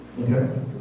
Okay